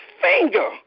finger